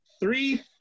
three